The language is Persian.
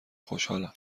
خوشحالم